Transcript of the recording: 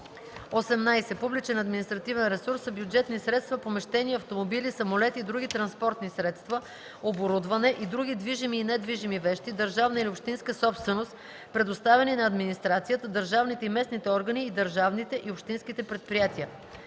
18. „Публичен административен ресурс” са бюджетни средства, помещения, автомобили, самолети и други транспортни средства, оборудване и други движими и недвижими вещи – държавна или общинска собственост, предоставени на администрацията, държавните и местните органи, и държавните и общинските предприятия.